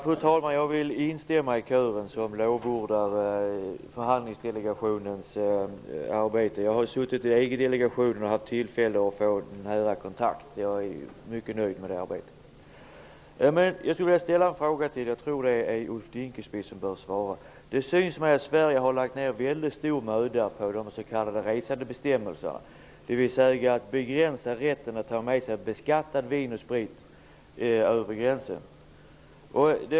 Fru talman! Jag instämmer i den kör som lovordar förhandlingsdelegationens arbete. Själv har jag suttit med i EG-delegationen och har haft tillfälle till en nära kontakt. Jag är alltså mycket nöjd med detta arbete. Jag vill emellertid ställa en fråga som jag tror att Ulf Dinkelspiel bör besvara. Sverige synes mig ha lagt ned väldigt stor möda på de s.k. resandebestämmelserna, dvs. när det gäller att begränsa rätten att ta med sig beskattat vin och beskattad sprit över gränsen.